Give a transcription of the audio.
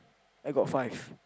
I got five